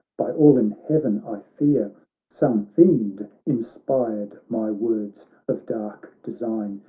by all in heaven i fear some fiend inspired my words of dark design,